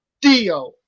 Dio